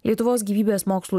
lietuvos gyvybės mokslų